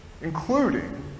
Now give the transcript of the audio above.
Including